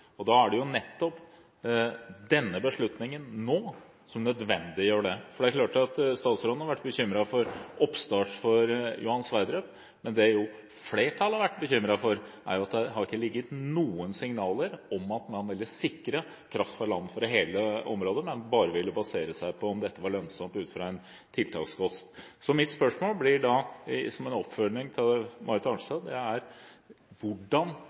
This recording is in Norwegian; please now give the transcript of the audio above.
og da er det jo nettopp denne beslutningen nå som nødvendiggjør det. Statsråden har vært bekymret for oppstart for Johan Sverdrup, men det som flertallet har vært bekymret for, er at det ikke har ligget noen signaler om at man ville sikre kraft fra land for hele området, men bare ville basere seg på om dette var lønnsomt ut fra en tiltakskostnad. Så mitt spørsmål blir da – som en oppfølging av Marit Arnstad: Hvordan